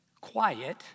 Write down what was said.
Quiet